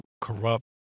corrupt